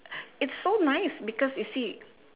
it's so nice because you see